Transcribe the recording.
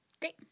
Great